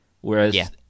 Whereas